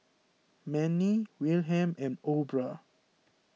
Mannie Wilhelm and Aubra